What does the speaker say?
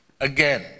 Again